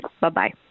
Bye-bye